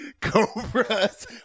Cobras